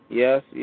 yes